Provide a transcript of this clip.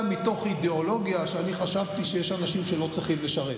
מתוך אידיאולוגיה שאני חשבתי שיש אנשים שלא צריכים לשרת,